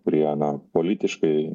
kurie na politiškai